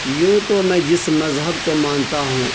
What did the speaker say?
یوں تو میں جس مذہب کو مانتا ہوں